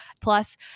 Plus